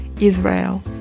Israel